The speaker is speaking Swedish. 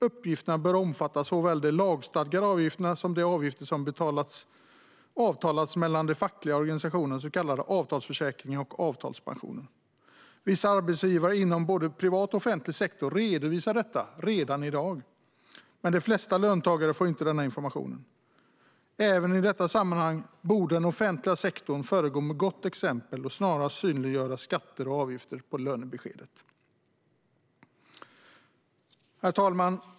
Uppgifterna bör omfatta såväl de lagstadgade avgifterna som de avgifter som avtalats med de fackliga organisationerna, så kallade avtalsförsäkringar och avtalspensioner. Vissa arbetsgivare inom både privat och offentlig sektor redovisar detta redan i dag, men de flesta löntagare får inte denna information. Även i detta sammanhang borde den offentliga sektorn föregå med gott exempel och snarast synliggöra skatter och avgifter på lönebeskedet. Herr talman!